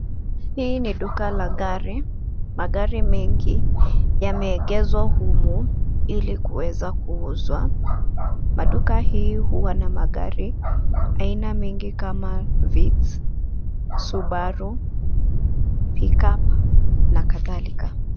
Hii ni duka la gari, magari mengi yameegezwa humu ili kuweza kuuzwa. Maduka hii huwa na magari aina mingi kama vile: Vitz, Subaru, Pick-up na kadhalika.